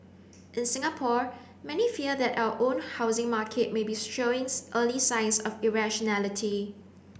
in Singapore many fear that our own housing market may be showing early signs of irrationality